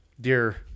dear